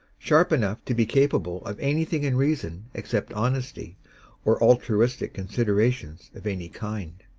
sharp enough to be capable of anything in reason except honesty or altruistic considerations of any kind.